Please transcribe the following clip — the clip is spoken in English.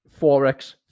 Forex